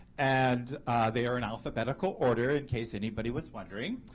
and they are in alphabetical order in case anybody was wondering.